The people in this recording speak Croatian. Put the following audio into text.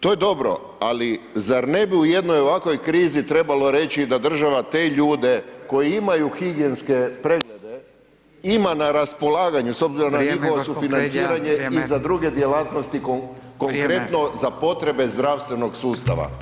To je dobro ali zar ne bi u jednoj ovakvoj krizi trebalo reći da država te ljude koji imaju higijenske preglede, ima na raspolaganju s obzirom na njihovo sufinanciranje i za druge djelatnosti konkretno za potrebe zdravstvenog sustava?